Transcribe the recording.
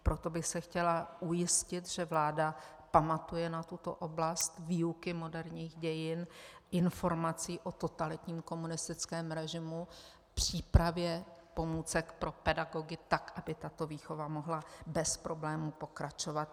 Proto bych se chtěla ujistit, že vláda pamatuje na tuto oblast výuky moderních dějin, informací o totalitním komunistickém režimu, přípravě pomůcek pro pedagogy tak, aby tato výchova mohla bez problémů pokračovat.